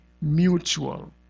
mutual